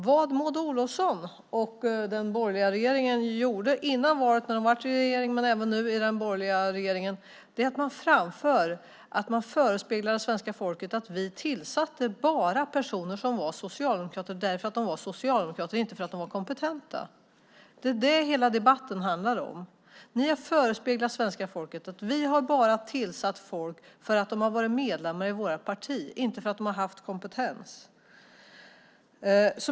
Vad Maud Olofsson och den borgerliga regeringen gjorde före valet, men även gör nu, var att man förespeglade svenska folket att vi bara tillsatte personer som var socialdemokrater för att de var socialdemokrater, inte för att de var kompetenta. Det är vad hela debatten handlar om. Ni har förespeglat svenska folket att vi bara har tillsatt folk för att de har varit medlemmar i vårt parti, inte för att de har haft kompetens.